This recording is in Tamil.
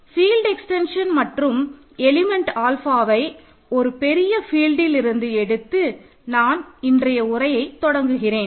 ஃபீல்ட் எக்ஸ்டென்ஷன் மற்றும் எலிமெண்ட் ஆல்ஃபாவை ஒரு பெரிய ஃபீல்டில் இருந்து எடுத்து நான் இன்றைய உரையை தொடங்குகிறேன்